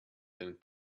then